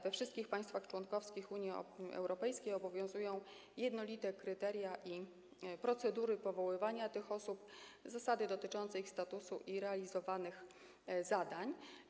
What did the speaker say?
We wszystkich państwach członkowskich Unii Europejskiej obowiązują jednolite kryteria i procedury powoływania tych osób, zasady dotyczące ich statusu i realizowanych zadań.